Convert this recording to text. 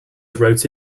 wrote